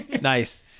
Nice